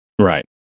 right